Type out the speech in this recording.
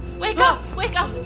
wake up! wake up!